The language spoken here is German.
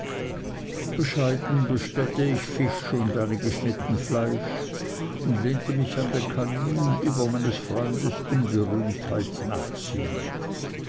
bescheiden bestellte ich fisch und einige schnitten fleisch und lehnte mich an den kamin über meines freundes unberühmtheit nachsinnend